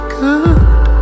good